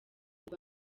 rwa